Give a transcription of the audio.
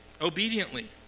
obediently